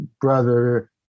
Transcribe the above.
Brother